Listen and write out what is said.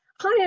Hi